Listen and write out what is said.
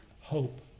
hope